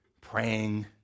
praying